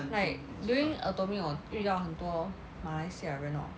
like doing Atomy 我遇到很多马来西亚人 orh